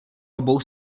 obou